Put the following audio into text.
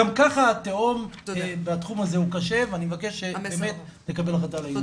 גם ככה התהום בתחום הזה הוא קשה ואני מבקש באמת לקבל החלטה על העניין.